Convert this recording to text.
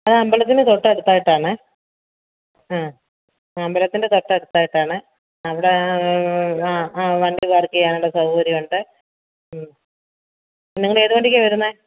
ആ അമ്പലത്തിന്റെ തൊട്ട് അടുത്തായിട്ടാണ് അമ്പലത്തിന്റെ തൊട്ട് അടുത്തായിട്ടാണ് ആ അവിടെ ആ വണ്ടി പാർക്ക് ചെയ്യാനുള്ള സൗകര്യമുണ്ട് നിങ്ങൾ ഏത് വണ്ടിക്കാണ് വരുന്നത്